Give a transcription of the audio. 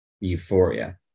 euphoria